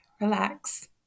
relax